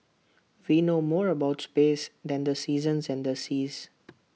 we know more about space than the seasons and the seas